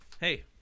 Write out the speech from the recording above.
hey